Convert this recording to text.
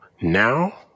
now